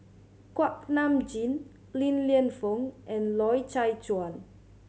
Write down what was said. Kuak Nam Jin Li Lienfung and Loy Chye Chuan